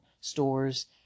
stores